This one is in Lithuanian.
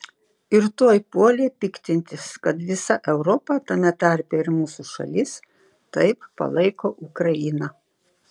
ir tuoj puolė piktintis kad visa europa tame tarpe ir mūsų šalis taip palaiko ukrainą